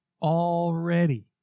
already